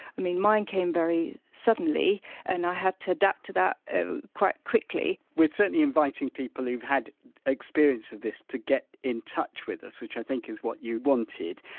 i mean mine came very suddenly and i had to adapt to that ah quite quickly. whitewe're certainly inviting people who've had experience of this to get in touch with us, which i think is what you wanted.